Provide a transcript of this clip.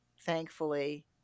thankfully